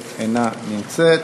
שאינה נמצאת,